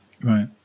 Right